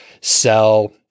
sell